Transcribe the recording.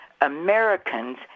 Americans